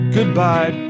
Goodbye